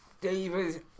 David